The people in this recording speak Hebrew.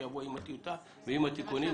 שיבוא עם הטיוטה שלו ועם התיקונים.